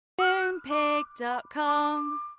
Moonpig.com